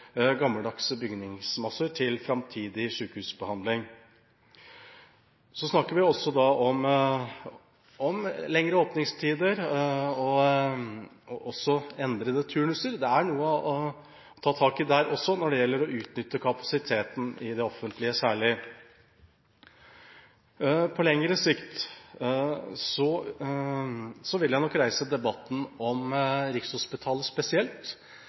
gammeldags bygningsmasse til framtidig sykehusbehandling. Så snakker vi også om lengre åpningstider og endrede turnuser. Det er noe å ta tak i der også når det gjelder å utnytte kapasiteten, særlig i det offentlige. På lengre sikt vil jeg nok reise debatten om Rikshospitalet spesielt.